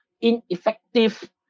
ineffective